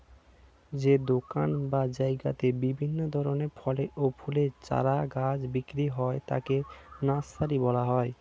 যে দোকান বা জায়গাতে বিভিন্ন ধরনের ফলের ও ফুলের চারা গাছ বিক্রি হয় তাকে নার্সারি বলা হয়